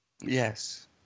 Yes